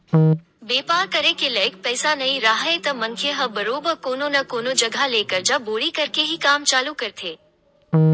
बेपार करे के लइक पइसा नइ राहय त मनखे ह बरोबर कोनो न कोनो जघा ले करजा बोड़ी करके ही काम चालू करथे